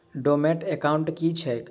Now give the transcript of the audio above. Dormant account की छैक?